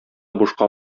бушка